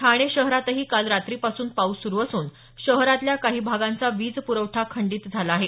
ठाणे शहरातही काल रात्रीपासून पाऊस सुरु असून शहरातल्या काही भागांचा वीजप्रवठा खंडित झाला आहे